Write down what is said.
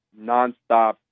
nonstop